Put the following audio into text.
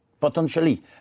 potentially